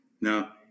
Now